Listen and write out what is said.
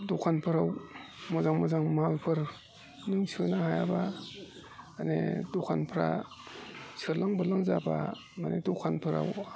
दखानफोराव मोजां मोजां मालफोर नों सोनो हायाब्ला माने दखानफ्रा सोरलां बोरलां जाब्ला माने दखानफोराव